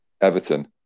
Everton